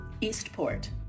eastport